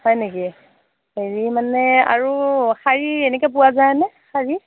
হয় নেকি হেৰি মানে আৰু শাৰী এনেকৈ পোৱা যায়নে শাৰী